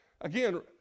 Again